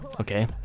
Okay